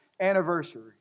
anniversary